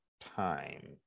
time